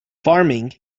farming